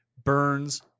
Burns